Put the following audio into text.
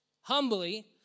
humbly